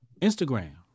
Instagram